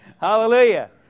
Hallelujah